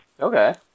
Okay